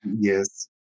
Yes